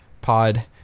pod